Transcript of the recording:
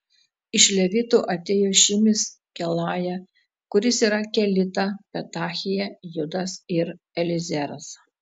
iš levitų atėjo šimis kelaja kuris yra kelita petachija judas ir eliezeras